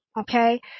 okay